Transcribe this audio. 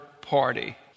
party